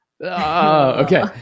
Okay